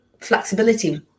flexibility